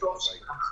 וטוב שכך.